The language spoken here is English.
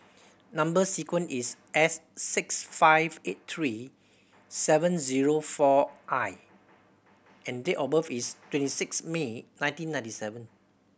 number sequence is S six five eight three seven zero four I and date of birth is twenty six May nineteen ninety seven